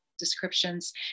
descriptions